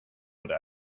would